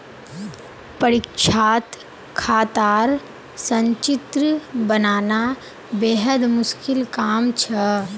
परीक्षात खातार संचित्र बनाना बेहद मुश्किल काम छ